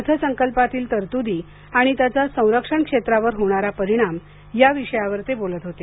अर्थसंकल्पातील तरतुदी आणि त्याचा संरक्षण क्षेत्रावर होणारा परिणाम या विषयावर ते बोलत होते